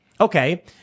okay